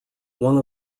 one